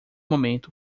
momento